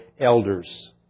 elders